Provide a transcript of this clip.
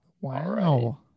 Wow